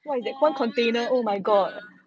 orh w~ w~ w~ w~ in the